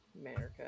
America